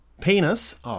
Penis